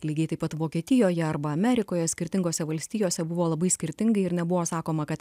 lygiai taip pat vokietijoje arba amerikoje skirtingose valstijose buvo labai skirtingai ir nebuvo sakoma kad